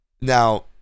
Now